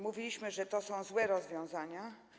Mówiliśmy, że to są złe rozwiązania.